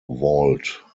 vault